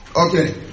Okay